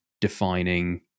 defining